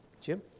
Jim